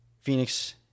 Phoenix